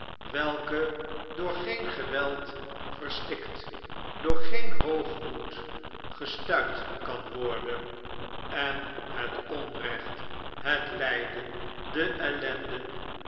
welke door geen geweld verstikt door geen hoogmoed gestuit kan worden en het onrecht het lijden de ellende